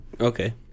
Okay